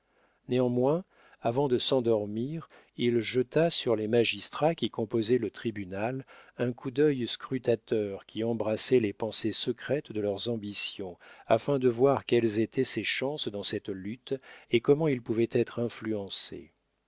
néanmoins avant de s'endormir il jeta sur les magistrats qui composaient le tribunal un coup d'œil scrutateur qui embrassait les pensées secrètes de leurs ambitions afin de voir quelles étaient ses chances dans cette lutte et comment ils pouvaient être influencés